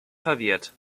verwirrt